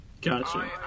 Gotcha